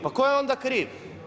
Pa tko je onda kriv?